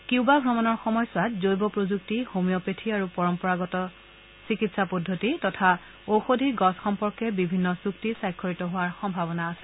Cuba ভ্ৰমণৰ সময়ছোৱাত জৈৱ প্ৰযুক্তি হোমিঅপেথি আৰু পৰম্পৰাগত চিকিৎসা পদ্ধতি তথা ঔষধী গছ সম্পৰ্কে বিভিন্ন চুক্তি স্বাক্ষৰিত হোৱাৰ সম্ভাৱনা আছে